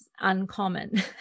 uncommon